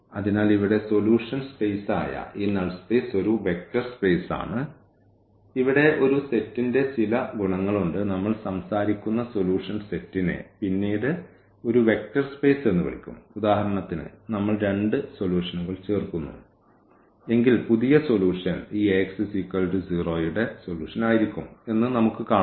അതിനാൽ ഇവിടെ സൊല്യൂഷൻ സ്പേസായ ഈ നൾ സ്പേസ് ഒരു വെക്റ്റർ സ്പെയ്സാണ് ഇവിടെ ഒരു സെറ്റിന്റെ ചില ഗുണങ്ങളുണ്ട് നമ്മൾ സംസാരിക്കുന്ന സൊല്യൂഷൻ സെറ്റിനെ പിന്നീട് ഒരു വെക്റ്റർ സ്പേസ് എന്ന് വിളിക്കും ഉദാഹരണത്തിന് നമ്മൾ രണ്ട് സൊല്യൂഷനുകൾ ചേർക്കുന്നു എങ്കിൽ പുതിയ സൊല്യൂഷൻ ഈ Ax0 യുടെ സൊല്യൂഷൻ ആയിരിക്കും എന്ന് നമുക്ക് കാണാം